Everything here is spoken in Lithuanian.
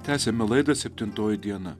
tęsiame laidą septintoji diena